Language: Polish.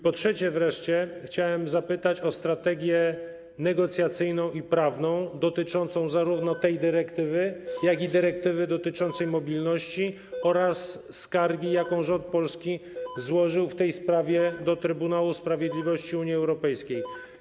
Po trzecie wreszcie, chciałem zapytać o strategię negocjacyjną i prawną, zarówno jeśli chodzi o tę dyrektywę, jak i dyrektywę dotyczącą mobilności oraz skargi, jaką rząd polski złożył w tej sprawie do Trybunału Sprawiedliwości Unii Europejskiej.